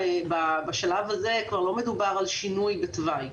בשלב הזה כבר לא מדובר על שינוי התוואי.